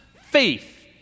faith